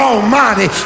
Almighty